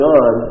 on